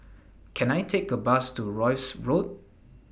Can I Take A Bus to Rosyth Road